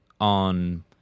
on